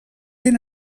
ben